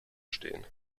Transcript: stehen